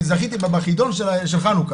זכיתי בחידון של חנוכה.